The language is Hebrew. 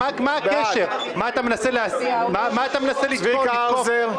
בעד צבי האוזר,